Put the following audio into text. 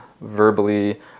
verbally